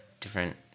different